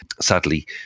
Sadly